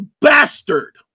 bastard